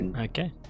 Okay